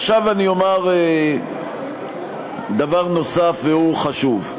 עכשיו אני אומר דבר נוסף, והוא חשוב.